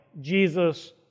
Jesus